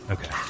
Okay